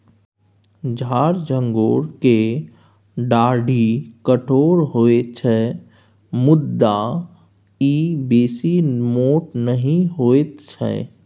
झार झंखोर केर डाढ़ि कठोर होइत छै मुदा ई बेसी मोट नहि होइत छै